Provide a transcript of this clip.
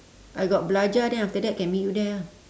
I got belajar then after that can meet you there ah